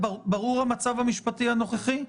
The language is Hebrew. ברור המצב המשפטי הנוכחי?